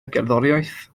gerddoriaeth